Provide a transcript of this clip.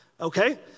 okay